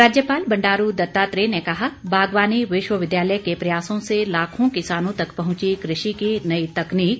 राज्यपाल बंडारू दत्तात्रेय ने कहा बागवानी विश्वविद्यालय के प्रयासों से लाखों किसानों तक पहुंची कृषि की नई तकनीक